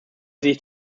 sich